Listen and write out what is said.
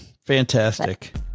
Fantastic